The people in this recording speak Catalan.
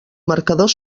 marcadors